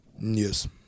Yes